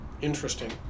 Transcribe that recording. Interesting